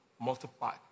Multiply